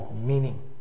Meaning